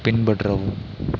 பின்பற்றவும்